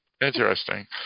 interesting